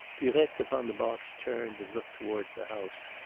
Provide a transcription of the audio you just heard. durette upon the box turned and looked towards the house.